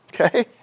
Okay